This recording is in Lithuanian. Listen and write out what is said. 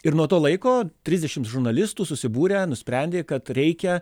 ir nuo to laiko trisdešims žurnalistų susibūrę nusprendė kad reikia